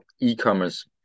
e-commerce